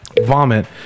vomit